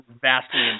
Vastly